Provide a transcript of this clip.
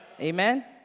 Amen